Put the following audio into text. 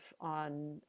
on